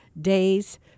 days